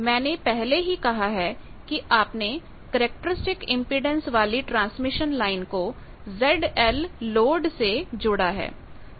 मैंने पहले ही कहा है कि आपने कैरेक्टरिस्टिक इम्पीडेन्स वाली ट्रांसमिशन लाइन को ZL लोड से जोड़ा है